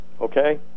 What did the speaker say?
Okay